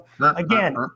Again